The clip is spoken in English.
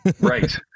Right